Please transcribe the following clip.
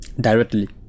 directly